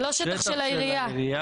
זה לא שטח של העירייה,